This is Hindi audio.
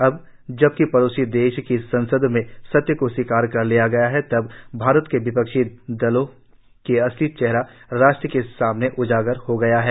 अब जबकि पडोसी देश की संसद में सत्य को स्वीकार कर लिया है तब भारत के विपक्षी दलों का असली चेहरा राष्ट्र के सामने उजागर हो गया है